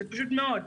זה פשוט מאוד.